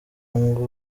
ngo